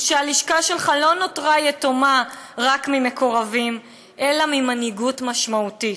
הוא שהלשכה שלך לא נותרה יתומה רק ממקורבים אלא ממנהיגות משמעותית.